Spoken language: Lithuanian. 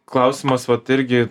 klausimas vat irgi